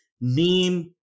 name